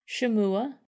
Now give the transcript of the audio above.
Shemua